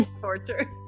torture